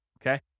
okay